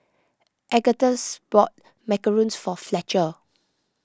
Agustus bought Macarons for Fletcher